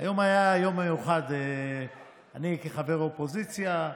היום היה יום מיוחד: אני כחבר אופוזיציה,